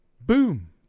Boom